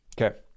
Okay